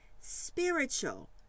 spiritual